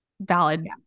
valid